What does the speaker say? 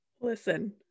Listen